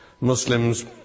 Muslims